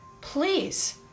please